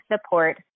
support